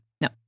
No